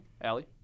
Allie